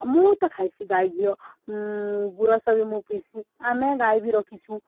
ମୁଁ ତ ଖାଇସି ଗାଈ ଘିଅ ଗୁରସ ବି ମୁଁ ପିଇସିି ଆମେ ଗାଈ ବି ରଖିଛୁଁ